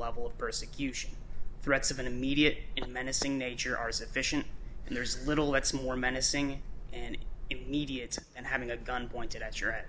level of persecution threats of an immediate menacing nature are sufficient and there's little that's more menacing and immediate and having a gun pointed at your head